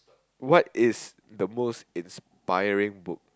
what is the most inspiring book